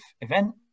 event